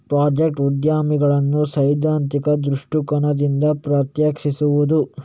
project ಉದ್ಯಮಿಗಳನ್ನು ಸೈದ್ಧಾಂತಿಕ ದೃಷ್ಟಿಕೋನದಿಂದ ಪ್ರತ್ಯೇಕಿಸುವುದು